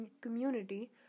community